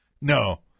No